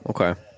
Okay